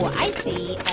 i see